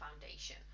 foundation